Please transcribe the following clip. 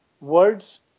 words